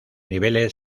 niveles